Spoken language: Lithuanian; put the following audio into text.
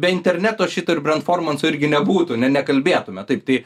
be interneto aš įtariu brentformanso irgi nebūtų ne nekalbėtume taip tai